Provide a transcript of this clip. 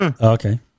Okay